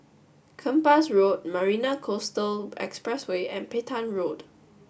Kempas Road Marina Coastal Expressway and Petain Road